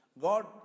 God